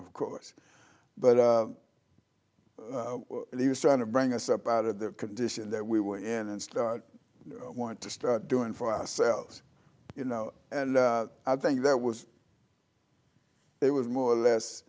of course but he was trying to bring us up out of the condition that we were in and start want to start doing for ourselves you know and i think that was it was more or less